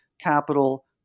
capital